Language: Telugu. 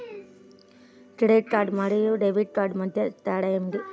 క్రెడిట్ కార్డ్ మరియు డెబిట్ కార్డ్ మధ్య తేడా ఏమిటి?